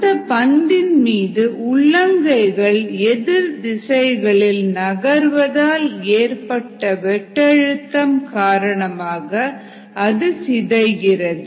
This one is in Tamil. அந்த பந்தின் மீது உள்ளங்கைகள் எதிர் திசைகளில் நகர்வதால் ஏற்பட்ட வெட்டழுத்தம் காரணமாக அது சிதைகிறது